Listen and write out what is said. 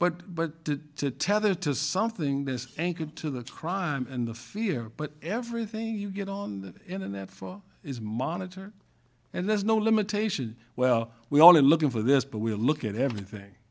to something this anchored to the crime and the fear but everything you get on the internet for is monitored and there's no limitation well we're only looking for this but we look at everything